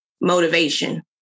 motivation